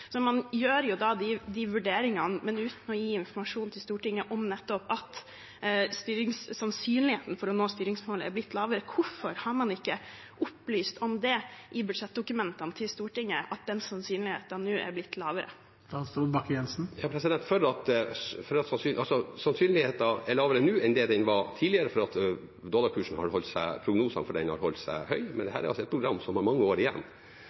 Man gjør de vurderingene, men uten å gi Stortinget informasjon om at sannsynligheten for å nå styringsmålet er blitt lavere. Hvorfor har man ikke opplyst i budsjettdokumentene til Stortinget om at den sannsynligheten nå er blitt lavere? Sannsynligheten er lavere nå enn det den var tidligere fordi prognosene for dollarkursen har holdt seg høye. Men dette er et program som har mange år igjen. Derfor er det viktig å vurdere hva slags metodikk man bruker. Den metodikken vi bruker, er anbefalt av FFI. Det er den som